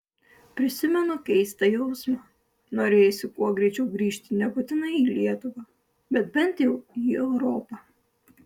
prisimenu keistą jausmą norėjosi kuo greičiau grįžti nebūtinai į lietuvą bet bent jau į europą